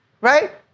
right